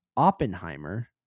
Oppenheimer